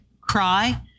cry